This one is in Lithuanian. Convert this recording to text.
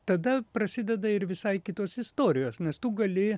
tada prasideda ir visai kitos istorijos nes tu gali